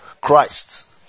Christ